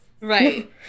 Right